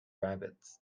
rabbits